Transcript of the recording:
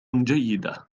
جيدة